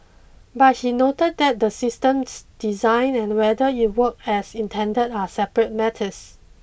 but he noted that the system's design and whether it works as intended are separate matters